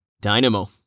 Dynamo